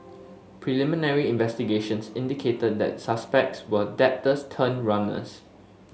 preliminary investigations indicated that the suspects were debtors turned runners